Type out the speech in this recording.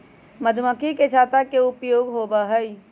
मधुमक्खी के छत्ता के का उपयोग होबा हई?